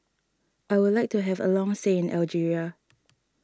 I would like to have a long stay in Algeria